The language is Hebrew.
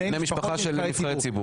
בני משפחה של נבחרי ציבור.